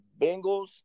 Bengals